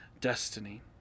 destiny